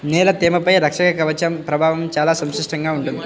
నేల తేమపై రక్షక కవచం ప్రభావం చాలా సంక్లిష్టంగా ఉంటుంది